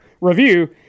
review